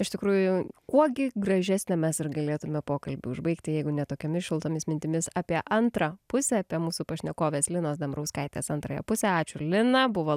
iš tikrųjų kuo gi gražesnio mes ir galėtume pokalbį užbaigti jeigu ne tokiomis šiltomis mintimis apie antrą pusę apie mūsų pašnekovės linos dambrauskaitės antrąją pusę ačiū lina buvo